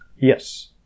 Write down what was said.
Yes